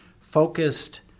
focused